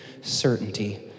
certainty